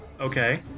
Okay